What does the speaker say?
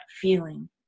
feeling